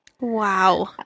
Wow